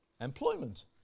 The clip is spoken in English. Employment